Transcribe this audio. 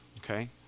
Okay